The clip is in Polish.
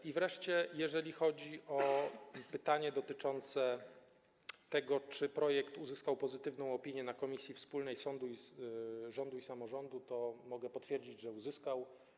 I wreszcie, jeżeli chodzi o pytanie dotyczące tego, czy projekt uzyskał pozytywną opinię w komisji wspólnej rządu i samorządu, to mogę potwierdzić, że ją uzyskał.